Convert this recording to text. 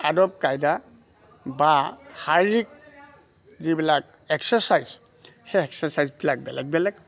আদব কায়দা বা শাৰীৰিক যিবিলাক এক্সাৰচাইজ সেই এক্সাৰচাইজবিলাক বেলেগ বেলেগ